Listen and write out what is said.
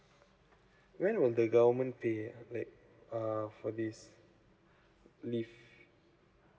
when will the government pay right uh for this leave